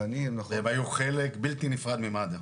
הם היו חלק בלתי נפרד ממד"א.